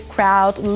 Crowd